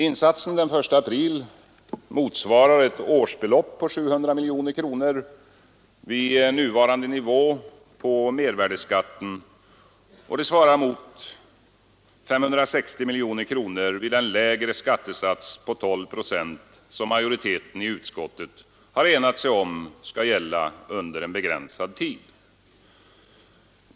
Insatsen den 1 april motsvarar ett årsbelopp på 700 miljoner kronor vid nuvarande nivå på mervärdeskatten, och det svarar mot 560 miljoner kronor vid den lägre skattesats på 12 procent som majoriteten i utskottet har enat sig om skall gälla under en begränsad tid.